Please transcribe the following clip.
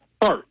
first